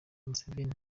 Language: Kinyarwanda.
museveni